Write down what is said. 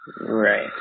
Right